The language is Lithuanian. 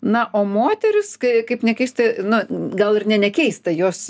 na o moterys kai kaip nekeista nu gal ir ne nekeista jos